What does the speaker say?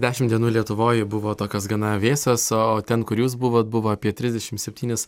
dešimt dienų lietuvoj buvo tokios gana vėsios o ten kur jūs buvot buvo apie trisdešim septynis